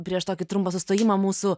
prieš tokį trumpą sustojimą mūsų